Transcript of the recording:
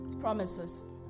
Promises